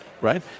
right